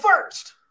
first